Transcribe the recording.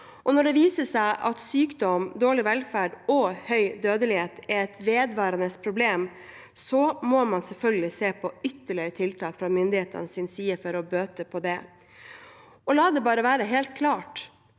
Når det viser seg at sykdom, dårlig velferd og høy dødelighet er et vedvarende problem, må man selvfølgelig se på ytterligere tiltak fra myndighetenes side for å bøte på det. Og la det bare være helt klart: